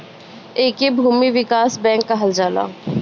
एके भूमि विकास बैंक कहल जाला